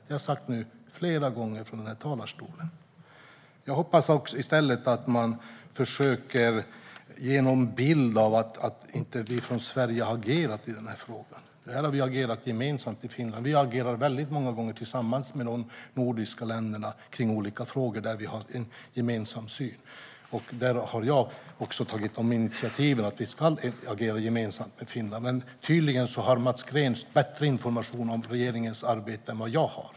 Det har jag sagt flera gånger från denna talarstol. Man försöker ge en bild av att Sverige inte har agerat i frågan. Men vi har agerat gemensamt med Finland. Vi agerar många gånger tillsammans med de nordiska länderna i frågor där vi har en gemensam syn. Jag har också tagit initiativ till att vi ska agera gemensamt med Finland. Men tydligen har Mats Green bättre information om regeringens arbete än vad jag har.